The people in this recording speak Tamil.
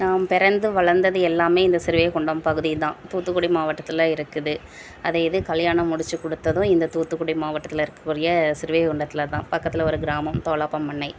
நான் பிறந்து வளர்ந்தது எல்லாமே இந்த ஸ்ரீவைகுண்டம் பகுதி தான் தூத்துக்குடி மாவட்டத்தில் இருக்குது அது இது கல்யாணம் முடிச்சு கொடுத்ததும் இந்த தூத்துக்குடி மாவட்டத்தில் இருக்கக்கூடிய ஸ்ரீவைகுண்டத்தில் தான் பக்கத்தில் ஒரு கிராமம் தோலாப்பம் பண்ணை